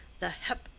the hep!